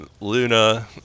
Luna